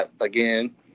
again